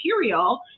material